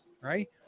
right